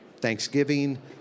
Thanksgiving